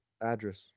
address